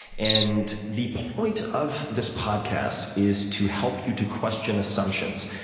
and the point of this podcast is to help you to question assumptions,